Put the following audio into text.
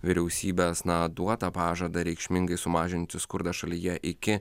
vyriausybės na duotą pažadą reikšmingai sumažinti skurdą šalyje iki